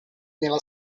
nella